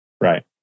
Right